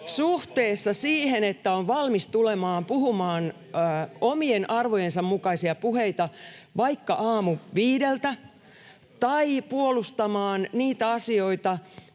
suhteessa siihen, että on valmis tulemaan puhumaan omien arvojensa mukaisia puheita vaikka aamuviideltä, tai puolustamaan niitä asioita,